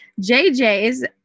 jj's